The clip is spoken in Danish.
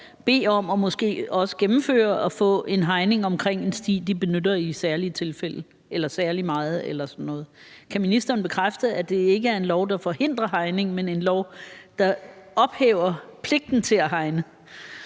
bede om og måske også få gennemført en hegning omkring en sti, de benytter særlig meget eller i særlige tilfælde osv. Kan ministeren bekræfte, at det ikke er en lov, der forhindrer hegning, men en lov, der ophæver pligten til at hegne?